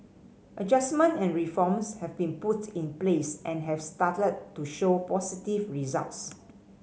adjustment and reforms have been put in place and have started to show positive results